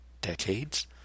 decades